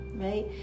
right